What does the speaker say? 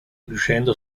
riuscendo